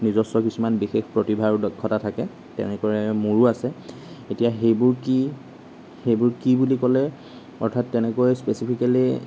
নিজস্ব কিছুমান বিশেষ প্ৰতিভা আৰু দক্ষতা থাকে তেনেদৰে মোৰো আছে এতিয়া সেইবোৰ কি সেইবোৰ কি বুলি ক'লে অৰ্থাৎ তেনেকৈ স্পেচিফিকেলি